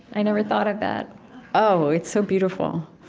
i never thought of that oh, it's so beautiful